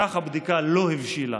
כך הבדיקה לא הבשילה